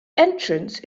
entrance